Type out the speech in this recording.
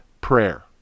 prayer